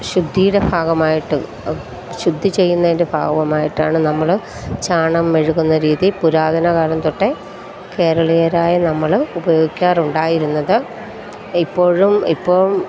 ശുദ്ധിയുടെ ഭാഗമായിട്ട് ശുദ്ധി ചെയ്യുന്നതിൻ്റെ ഭാഗമായിട്ടാണ് നമ്മൾ ചാണകം മെഴുകുന്ന രീതി പുരാതനകാലം തൊട്ടേ കേരളീയരായ നമ്മൾ ഉപയോഗിക്കാറുണ്ടായിരുന്നത് ഇപ്പോഴും ഇപ്പം